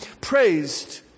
praised